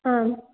आम्